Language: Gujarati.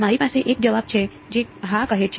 મારી પાસે એક જવાબ છે જે હા કહે છે